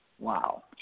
Wow